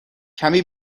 کمی